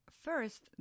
First